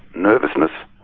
nervousness,